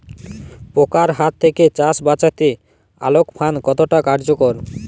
পোকার হাত থেকে চাষ বাচাতে আলোক ফাঁদ কতটা কার্যকর?